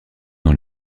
dans